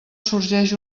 sorgeix